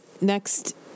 next